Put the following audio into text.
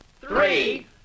three